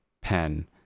pen